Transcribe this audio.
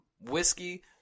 whiskey